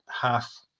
half